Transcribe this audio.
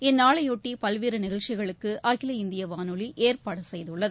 இந்நாளையொட்டிபல்வேறுநிகழ்ச்சிகளுக்குஅகில இந்தியவானொலிஏற்பாடுசெய்துள்ளது